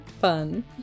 fun